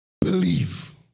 Believe